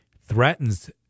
threatens